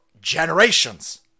generations